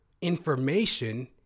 information